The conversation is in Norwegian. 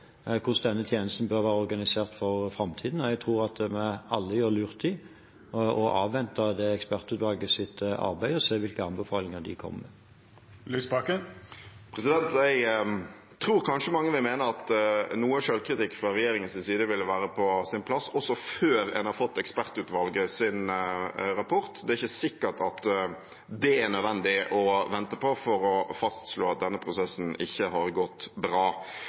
hvordan denne tjenesten bør være organisert for framtiden, og jeg tror at vi alle gjør lurt i å avvente ekspertutvalgets arbeid og se hvilke anbefalinger de kommer med. Jeg tror kanskje mange vil mene at noe selvkritikk fra regjeringens side ville være på sin plass også før en har fått ekspertutvalgets rapport. Det er ikke sikkert at det er nødvendig å vente på den for å fastslå at denne prosessen ikke har gått bra.